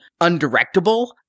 undirectable